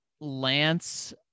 Lance